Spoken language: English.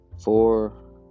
Four